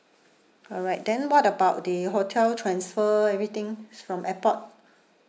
alright then what about the hotel transfer everything it's from airport